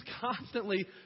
constantly